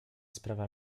sprawia